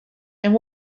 and